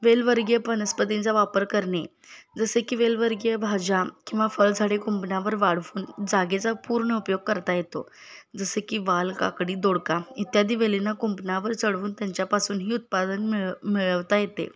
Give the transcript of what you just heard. वेलवर्गीय वनस्पतींचा वापर करणे जसे की वेलवर्गीय भाज्या किंवा फळझाडे कुंपणावर वाढवून जागेचा पूर्ण उपयोग करता येतो जसे की वाल काकडी दोडका इत्यादी वेलींना कुंपणावर चढवून त्यांच्यापासूनही उत्पादन मिळ मिळवता येते